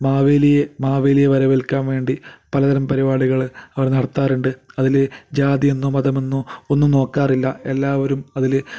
മാവേലിയെ മാവേലിയെ വരവേൽക്കാൻ വേണ്ടി പലതരം പരിപാടികൾ അവർ നടത്താറുണ്ട് അതിൽ ജാതിയെന്നോ മതമെന്നോ ഒന്നും നോക്കാറില്ല എല്ലാവരും അതിൽ